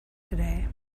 today